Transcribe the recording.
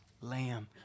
lamb